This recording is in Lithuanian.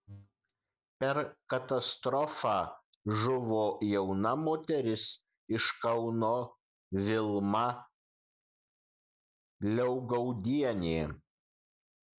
per katastrofą žuvo jauna moteris iš kauno vilma liaugaudienė